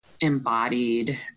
embodied